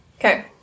Okay